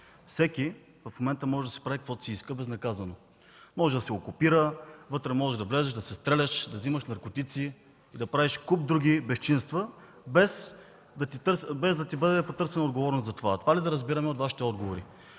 която в момента всеки може да си прави безнаказано каквото си иска – може да се окупира, вътре можеш да влезеш да стреляш, да вземаш наркотици и да правиш куп други безчинства, без да ти бъде потърсена отговорност за това. Това ли да разбираме от Вашите отговори?